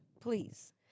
please